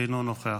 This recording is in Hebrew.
אינו נוכח,